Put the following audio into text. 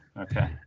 Okay